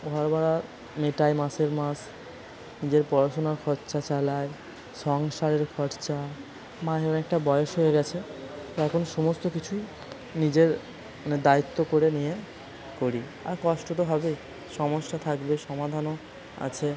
তো ঘর ভাড়া মেটাই মাসের মাস নিজের পড়াশোনার খরচা চালাই সংসারের খরচা মা যেমন একটা বয়স হয়ে গিয়েছে এখন সমস্ত কিছুই নিজের মানে দায়িত্ব করে নিয়ে করি আর কষ্ট তো হবে সমস্যা থাকবে সমাধানও আছে